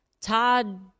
Todd